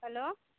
hello